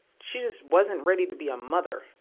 she just wasn't ready to be a mother.